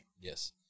Yes